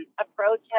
approach